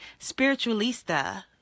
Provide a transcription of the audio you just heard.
Spiritualista